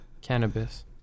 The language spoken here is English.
cannabis